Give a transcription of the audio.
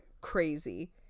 Crazy